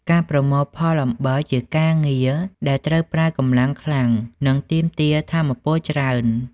ការងារប្រមូលផលអំបិលជាការងារដែលត្រូវប្រើកម្លាំងខ្លាំង និងទាមទារថាមពលច្រើន។